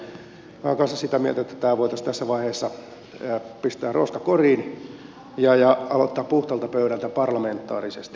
minä olen kanssa sitä mieltä että tämä voitaisiin tässä vaiheessa pistää roskakoriin ja aloittaa puhtaalta pöydältä parlamentaarisesti